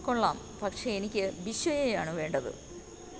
കൊള്ളാം പക്ഷെ എനിക്ക് ബിശ്വയെയാണ് വേണ്ടത്